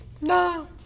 No